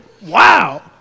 wow